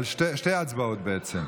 שתי הצבעות, בעצם.